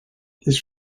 his